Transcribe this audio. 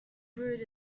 brewed